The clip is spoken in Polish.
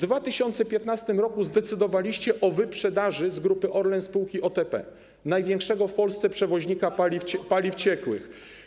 W 2015 r. zdecydowaliście o wyprzedaży z Grupy Orlen spółki OTP, największego w Polsce przewoźnika paliw ciekłych.